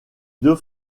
deux